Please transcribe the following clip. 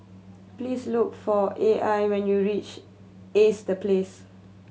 please look for A I when you reach Ace The Place